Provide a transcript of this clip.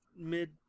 mid